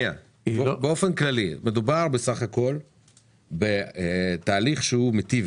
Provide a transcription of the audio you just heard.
באופן כללי מדובר בסך הכול בתהליך שהוא מטיב